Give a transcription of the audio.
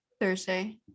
Thursday